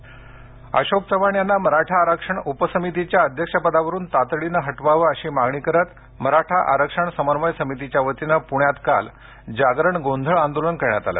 मराठा अशोक चव्हाण यांना मराठा आरक्षण उपसमितीच्या अध्यक्षपदावरून तातडीने हटवावे अशी मागणी करीत मराठा आरक्षण समन्वय समितीच्यावतीने पूण्यात काल जागरण गोंधळ आंदोलन करण्यात आलं